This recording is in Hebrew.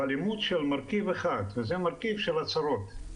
אבל אימוץ של מרכיב אחד וזה מרכיב של הצהרות.